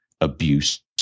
abuse